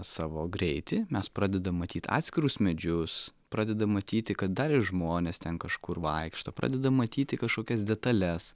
savo greitį mes pradedam matyt atskirus medžius pradedam matyti kad dar žmonės ten kažkur vaikšto pradedam matyti kažkokias detales